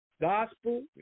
Gospel